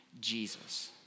Jesus